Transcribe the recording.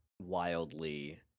wildly